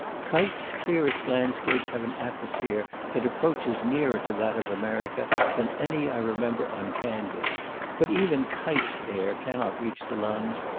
cuyp's clearest landscapes have an atmosphere that approaches nearer to that of america than any i remember on canvas but even cuyp's air cannot reach the lungs,